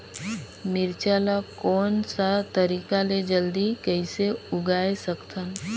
मिरचा ला कोन सा तरीका ले जल्दी कइसे उगाय सकथन?